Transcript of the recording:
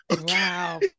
Wow